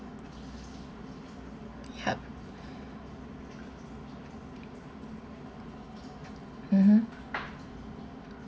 yup mmhmm